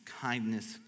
kindness